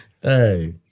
Hey